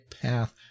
path